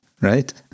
right